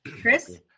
Chris